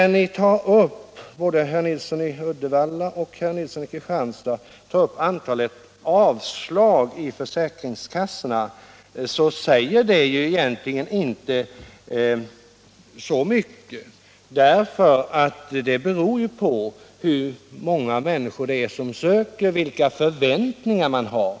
Både herr Nilsson i Uddevalla och herr Nilsson i Kristianstad hänvisar till antalet avslag i försäkringskassorna. Jag vill påpeka att antalet egentligen inte säger särskilt mycket, eftersom det är beroende på hur många människor som söker ersättning och på vilka förväntningar de har.